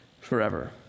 forever